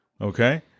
Okay